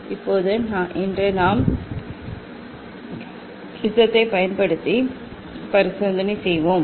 இப்போது இன்று நாம் ப்ரிஸத்தைப் பயன்படுத்தி பரிசோதனை செய்வோம்